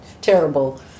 terrible